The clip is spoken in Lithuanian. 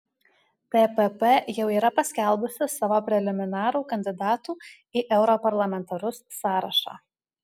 tpp jau yra paskelbusi savo preliminarų kandidatų į europarlamentarus sąrašą